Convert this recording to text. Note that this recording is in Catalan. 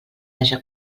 haja